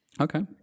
okay